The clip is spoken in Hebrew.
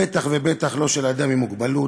בטח ובטח לא של אדם עם מוגבלות,